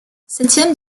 septième